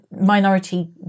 minority